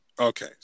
Okay